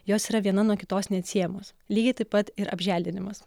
jos yra viena nuo kitos neatsiejamos lygiai taip pat ir apželdinimas